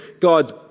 God's